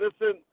listen